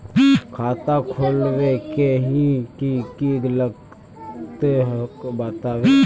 खाता खोलवे के की की लगते बतावे?